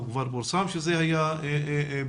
כבר פורסם שזה היה ברמלה,